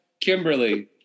Kimberly